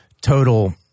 total